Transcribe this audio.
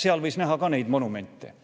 seal võis näha ka neid monumente.